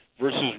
versus